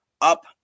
up